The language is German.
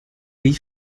wie